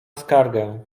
skargę